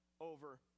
over